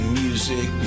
music